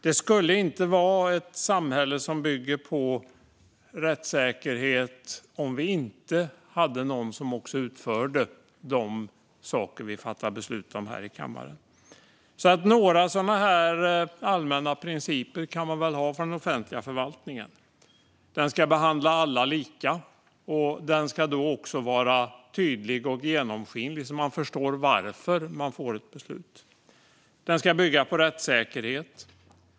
Det skulle inte vara ett samhälle som bygger på rättssäkerhet om vi inte hade någon som utförde de saker vi fattar beslut om här i kammaren. Några allmänna principer kan man väl ha för den offentliga förvaltningen. Den ska behandla alla lika. Den ska också vara tydlig och genomskinlig så att man förstår varför man får ett visst beslut. Den ska bygga på rättssäkerhet.